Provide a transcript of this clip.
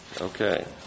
Okay